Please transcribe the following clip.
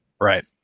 right